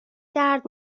درد